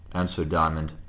answered diamond,